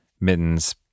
mittens